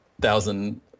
thousand